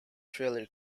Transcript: trailer